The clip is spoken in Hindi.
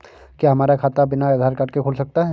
क्या हमारा खाता बिना आधार कार्ड के खुल सकता है?